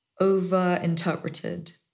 overinterpreted